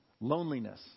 loneliness